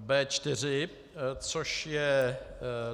B4, což je